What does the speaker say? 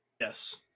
Yes